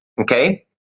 okay